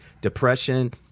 Depression